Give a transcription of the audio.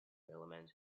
elements